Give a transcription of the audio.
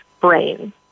brain